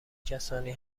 کسانی